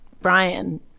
brian